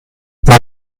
mal